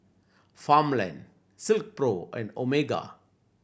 Farmland Silkpro and Omega